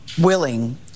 willing